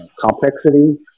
Complexity